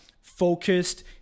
focused